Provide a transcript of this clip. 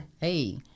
Hey